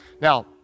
Now